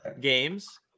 games